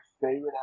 favorite